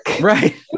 right